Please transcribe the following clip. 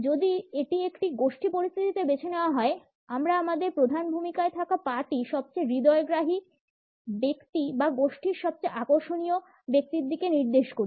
যদি এটি একটি গোষ্ঠী পরিস্থিতিতে বেছে নেওয়া হয় আমরা আমাদের প্রধান ভূমিকায় থাকা পা টি সবচেয়ে হৃদয়গ্রাহী ব্যক্তি বা গোষ্ঠীর সবচেয়ে আকর্ষণীয় ব্যক্তির দিকে নির্দেশ করি